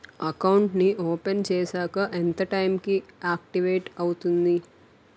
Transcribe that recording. Account నీ open చేశాక ఎంత టైం కి ఆక్టివేట్ అవుతుంది?